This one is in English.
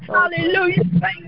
Hallelujah